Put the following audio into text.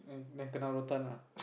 then then kenna lah